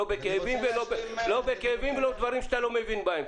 לא בכאבים ולא בדברים שאתה לא מבין בהם.